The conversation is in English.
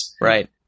Right